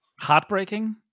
heartbreaking